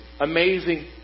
amazing